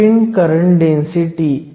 4 x 1013 cm 3 असते